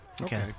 Okay